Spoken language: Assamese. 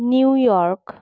নিউয়ৰ্ক